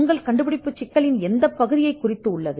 உங்கள் கண்டுபிடிப்பு எதைக் குறிக்கிறது